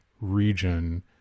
region